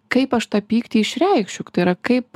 kaip aš tą pyktį išreikšiu tai yra kaip